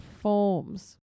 forms